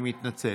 אני מתנצל.